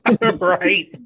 Right